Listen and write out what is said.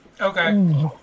okay